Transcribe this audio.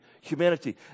humanity